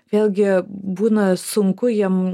vėlgi būna sunku jiem